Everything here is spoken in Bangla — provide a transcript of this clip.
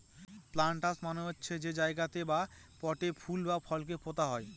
প্লান্টার্স মানে হচ্ছে যে জায়গাতে বা পটে ফুল বা ফলকে পোতা হয়